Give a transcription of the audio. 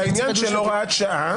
על העניין של הוראת שעה.